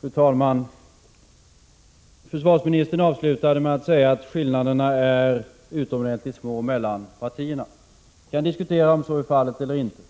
Fru talman! Försvarsministern avslutade med att säga att skillnaderna är utomordentligt små mellan partierna. Vi kan diskutera om så är fallet eller inte,